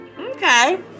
Okay